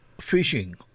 fishing